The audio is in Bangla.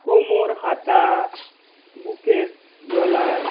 কোমর হাতা বুকের গলার